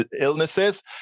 illnesses